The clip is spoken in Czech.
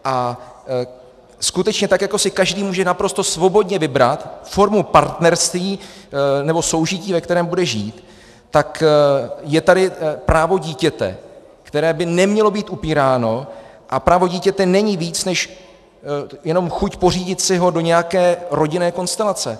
A skutečně tak jako si každý může naprosto svobodně vybrat formu partnerství nebo soužití, ve kterém bude žít, tak je tady právo dítěte, které by nemělo být upíráno, a právo dítěte není víc než jenom chuť pořídit si ho do nějaké rodinné konstelace.